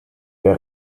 der